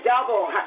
double